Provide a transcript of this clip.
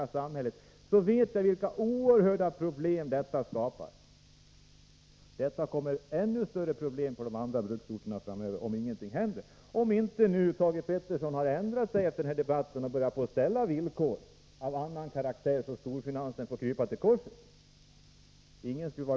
blir en minskning med 2 000 arbetstillfällen i en industri som är den dominerande i samhället. Bruksorterna kommer att få ännu större problem framöver, om ingenting händer eller om inte Thage Peterson ändrar sig efter den här debatten och börjar ställa villkor av annan karaktär, så att storfinansen får krypa till korset.